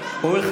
הוא שמע אותך.